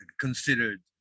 considered